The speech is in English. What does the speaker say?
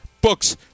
books